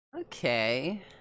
Okay